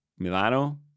Milano